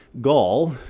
gall